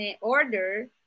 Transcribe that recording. order